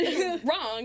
wrong